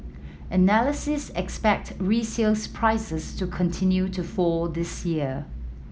analysts expect resales prices to continue to fall this year